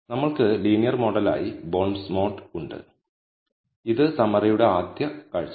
നമ്മൾക്ക് ലീനിയർ മോഡലായി ബോണ്ട്സ്മോഡ് ഉണ്ട് ഇത് സമ്മറിയുടെ ആദ്യ കാഴ്ചയാണ്